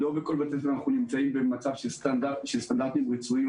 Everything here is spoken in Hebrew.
לא בכל בית ספר אנחנו נמצאים במצב של סטנדרטים רצויים.